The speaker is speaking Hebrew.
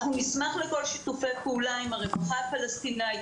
אנחנו נשמח לכל שיתופי פעולה עם הרווחה הפלסטינאית,